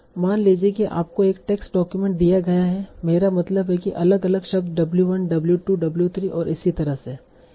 मान लीजिए कि आपको एक टेस्ट डॉक्यूमेंट दिया गया है मेरा मतलब है कि अलग अलग शब्द w 1 w 2 w 3 और इसी तरह से हैं